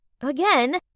again